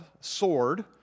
sword